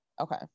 okay